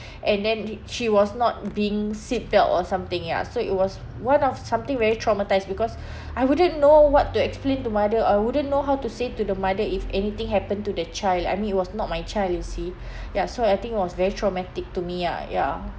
and then she was not being seatbelt or something ya so it was one of something very traumatised because I wouldn't know what to explain to mother I wouldn't know how to say to the mother if anything happen to the child I mean it was not my child you see ya so I think it was very traumatic to me ah ya